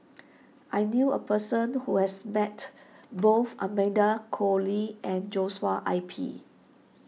I knew a person who has met both Amanda Koe Lee and Joshua I P